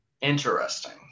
interesting